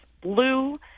blue